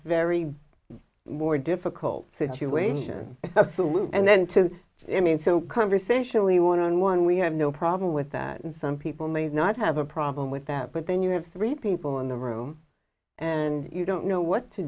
very more difficult situation absolutely and then too i mean so conversationally one on one we have no problem with that and some people may not have a problem with that but then you have three people in the room and you don't know what to